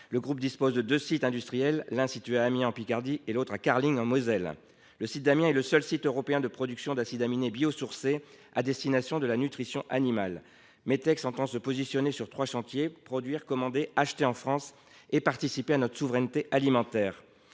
Le groupe dispose de deux sites industriels situés respectivement à Amiens, en Picardie, et à Carling, en Moselle. Le site d’Amiens est le seul site européen de production d’acides aminés biosourcés à destination de la nutrition animale. Metex entend se positionner sur trois chantiers, à savoir produire, commander et acheter en France, afin de participer à notre souveraineté alimentaire.